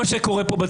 הבנתי שהם רואים בעיה.